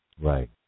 Right